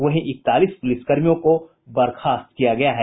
वहीं इकतालीस पुलिस कर्मियों को बर्खास्त किया गया है